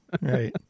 Right